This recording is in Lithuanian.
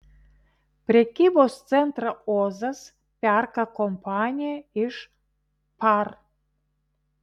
prekybos centrą ozas perka kompanija iš par